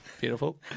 beautiful